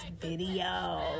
video